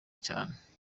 cyane